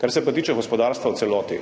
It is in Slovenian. Kar se pa tiče gospodarstva v celoti,